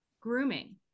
Grooming